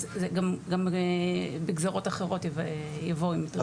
אז גם בגזרות אחרות יבואו עם הדרישה הזאת.